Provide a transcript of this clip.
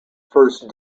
first